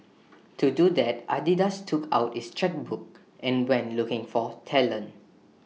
to do that Adidas took out its chequebook and went looking for talent